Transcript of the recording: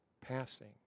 passing